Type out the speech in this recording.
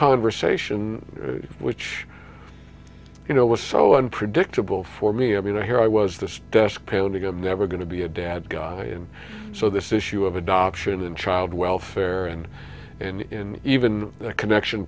conversation which you know was so unpredictable for me i mean i here i was this desk pounding i'm never going to be a dad guy and so this issue of adoption and child welfare and in even the connection